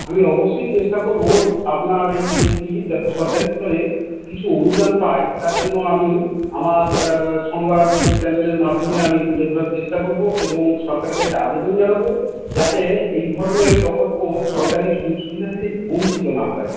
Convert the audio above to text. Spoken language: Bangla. আমি অবশ্যই চেষ্টা করব আপনার এই এটি যাতে সরকারি স্তরে কিছু অনুদান পায় তার জন্য আমি আমার সংবাদ চ্যানেলের মাধ্যমে আমি তুলে ধরার চেষ্টা করব এবং সরকারের কাছে আবেদন জানাব যাতে এই ধরনের প্রকল্প সরকারি সুযোগ সুবিধা থেকে বঞ্চিত না হয়